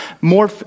More